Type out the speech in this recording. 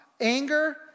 anger